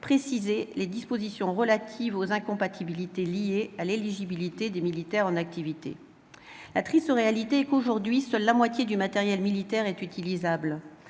précisé les dispositions relatives aux incompatibilités liées à l'éligibilité des militaires en activité. La triste réalité est qu'aujourd'hui seule la moitié du matériel militaire est utilisable.